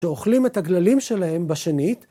שאוכלים את הגללים שלהם בשנית